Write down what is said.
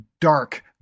dark